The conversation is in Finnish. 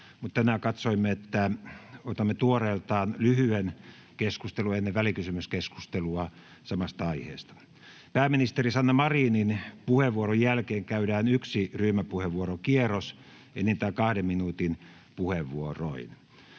mutta tänään katsoimme, että otamme tuoreeltaan lyhyen keskustelun ennen välikysymyskeskustelua samasta aiheesta. Pääministeri Sanna Marinin puheenvuoron jälkeen käydään yksi ryhmäpuheenvuorokierros enintään 2 minuutin puheenvuoroin.